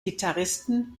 gitarristen